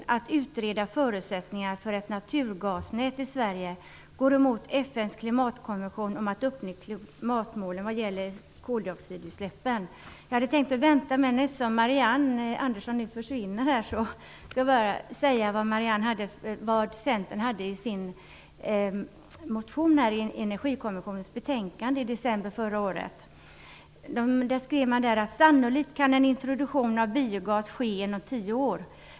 Jag hade tänkt att vänta med detta, men eftersom Marianne Andersson nu försvinner vill jag bara nämna vad Centern tog upp i sin motion i Där skrevs att sannolikt kan en introduktion av biogas ske inom tio år.